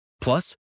Plus